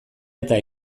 eta